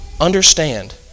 Understand